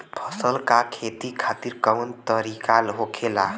फसल का खेती खातिर कवन तरीका होखेला?